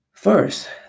First